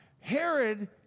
Herod